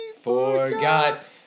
forgot